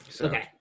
Okay